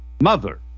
mother